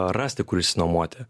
rasti kur išsinuomoti